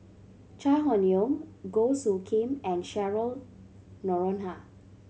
Chai Hon Yoong Goh Soo Khim and Cheryl Noronha